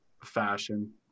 fashion